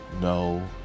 No